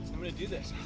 i'm gonna do this.